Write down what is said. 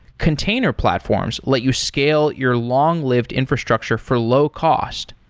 container platforms let you scale your long-lived infrastructure for low cost,